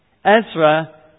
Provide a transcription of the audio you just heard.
Ezra